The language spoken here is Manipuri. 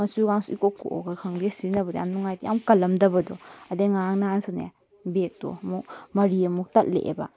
ꯃꯆꯨꯒꯁꯨ ꯏꯀꯣꯛ ꯀꯣꯛꯂꯒ ꯈꯪꯗꯦ ꯁꯤꯖꯤꯟꯅꯕꯗ ꯌꯥꯝ ꯅꯨꯡꯉꯥꯏꯇꯦ ꯌꯥꯝ ꯀꯜꯂꯝꯗꯕꯗꯣ ꯑꯗꯩ ꯉꯔꯥꯡ ꯅꯍꯥꯟꯁꯨꯅꯦ ꯕꯦꯒꯇꯣ ꯑꯃꯨꯛ ꯃꯔꯤ ꯑꯃꯨꯛ ꯇꯠꯂꯛꯑꯦꯕ